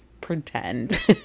pretend